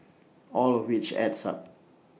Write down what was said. all of which adds up